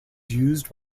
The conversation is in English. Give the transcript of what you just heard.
used